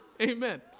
Amen